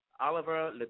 Oliver